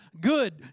Good